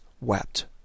wept